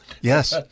Yes